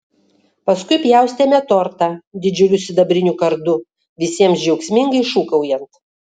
paskui pjaustėme tortą didžiuliu sidabriniu kardu visiems džiaugsmingai šūkaujant